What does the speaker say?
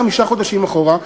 חמישה חודשים אחורה,